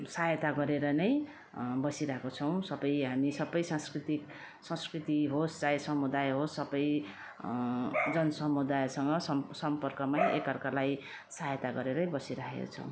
सहायता गरेर नै बसिरहेको छौँ सबै हामी सबै सांस्कृतिक संस्कृति होस् चाहे समुदाय होस् सबै जन समुदायसँग सम्पर्कमै एकअर्कालाई सहायता गरेरै बसिराखेको छौँ